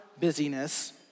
busyness